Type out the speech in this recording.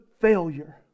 failure